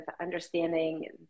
understanding